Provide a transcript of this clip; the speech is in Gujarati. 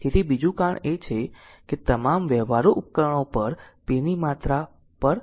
તેથી બીજું કારણ એ છે કે તમામ વ્યવહારુ ઉપકરણો પર p ની માત્રા પર